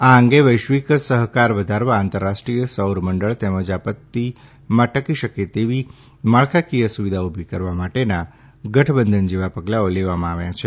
આ અંગે વૈશ્વિક સહકાર વધારવા આંતરરાષ્ટ્રીય સૌર મંડળ તેમજ આપત્તિમાં ટકી શકે તેવી માળખાકીય સુવિધા ઊભી કરવા માટેના ગઠબંધન જેવા પગલાઓ લેવામાં આવ્યા છે